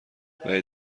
عدهای